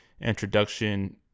introduction